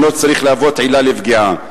שאינו צריך להוות עילה לפגיעה.